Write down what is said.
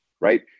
right